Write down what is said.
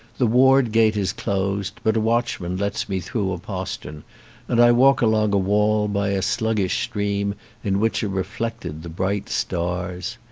the ward gate is closed, but a watchman lets me through a postern and i walk along a wall by a sluggish stream in which are reflected the bright stars.